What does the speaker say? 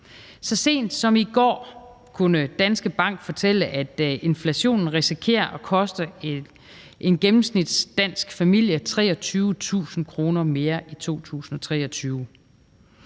Så sent som i går kunne Danske Bank fortælle, at inflationen risikerer at koste en gennemsnitlig dansk familie 23.000 kr. mere i 2023.